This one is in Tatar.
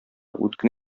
үткен